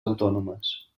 autònomes